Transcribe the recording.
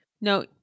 No